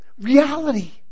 reality